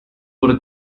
wurde